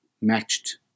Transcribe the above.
matched